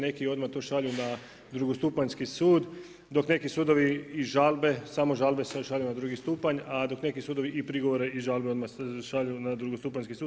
Neki odmah to šalju na drugostupanjski sud, dok neki sudovi i žalbe, samo žalbe se šalju na drugi stupanj, a dok neki sudovi i prigovore i žalbe odmah šalju na drugostupanjski sud.